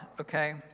okay